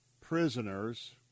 prisoners